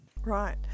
right